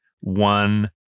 one